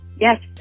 yes